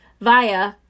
via